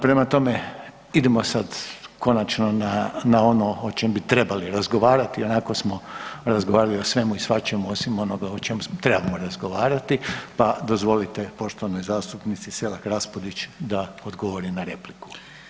Prema tome, idemo sad konačno na ono o čemu bi trebali razgovarati, ionako smo razgovarali o svemu i svačemu osim onoga o čemu trebamo razgovarati, pa dozvolite poštovanoj zastupnici Selak Raspudić da odgovori na repliku.